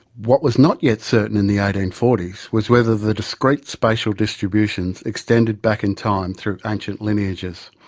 what was not yet certain in the eighteen forty s was whether the discrete spatial distributions extended back in time through ancient lineages.